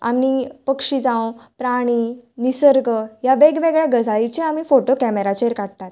आनी पक्षी जावं प्राणी निसर्ग ह्या वेगवेगळ्या गजालीचे फोटो आमी कॅमेराचेर काडटात